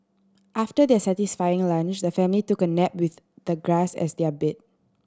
after their satisfying lunch the family took a nap with the grass as their bed